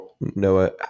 Noah